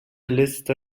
liste